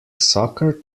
soccer